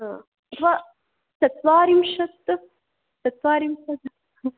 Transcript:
हा अथवा चत्वारिंशत् चत्वारिंशत्